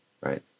right